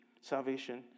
Salvation